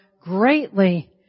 greatly